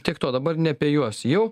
tiek to dabar ne apie juos jau